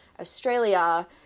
Australia